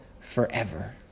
forever